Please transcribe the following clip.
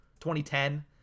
2010